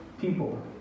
people